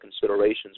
considerations